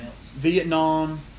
Vietnam